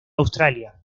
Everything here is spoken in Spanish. australia